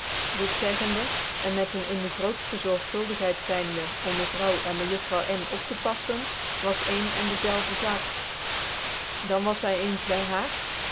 dit zeggende cn met een in de grootfte zorgvuldigheid zyndc om mevrouw cn mejuffrouw n op tc paden was een en dezelve zaak dan was hy eens hy haar